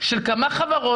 של כמה חברות,